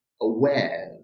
aware